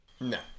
No